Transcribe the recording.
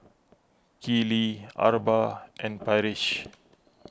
Keeley Arba and Parrish